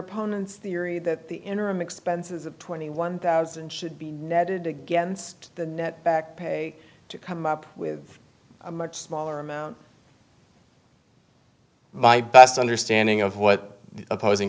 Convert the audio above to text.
opponents the area that the interim expenses of twenty one thousand dollars should be netted against the net back pay to come up with a much smaller amount my best understanding of what the opposing